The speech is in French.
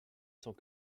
cent